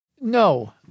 No